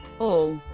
all,